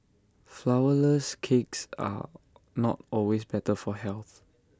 flowerless cakes are not always better for health